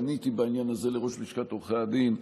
פניתי בעניין הזה לראש לשכת עורכי הדין,